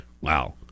Wow